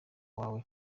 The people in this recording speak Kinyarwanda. wabo